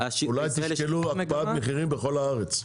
אולי תשקלו הקפאת מחירים בכל הארץ.